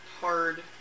hard